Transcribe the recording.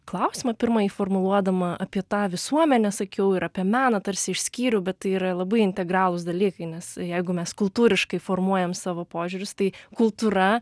klausimą pirmąjį formuluodama apie tą visuomenę sakiau ir apie meną tarsi išskyriau bet tai yra labai integralūs dalykai nes jeigu mes kultūriškai formuojam savo požiūrius tai kultūra